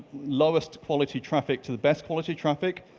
lowest quality traffic to the best quality traffic,